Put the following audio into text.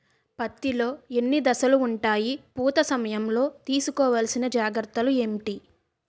పత్తి లో ఎన్ని దశలు ఉంటాయి? పూత సమయం లో తీసుకోవల్సిన జాగ్రత్తలు ఏంటి?